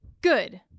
good